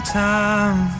time